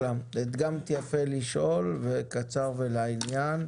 תודה, הדגמת יפה לשאול, קצר ולעניין.